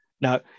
Now